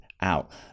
out